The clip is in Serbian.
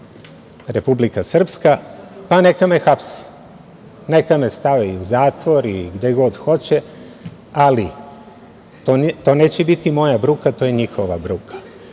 Republika Srpska, pa neka me hapse, neka me stave i u zatvor i gde god hoće, ali to neće biti moja bruka, to je njihova bruka.Zašto